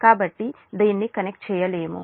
కాబట్టి దీన్ని కనెక్ట్ చేయలేము